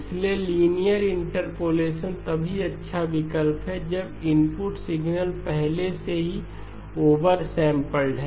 इसलिए linear interpolation तभी अच्छा विकल्प है जब इनपुट सिग्नल पहले से ही ओवर सैंपलड है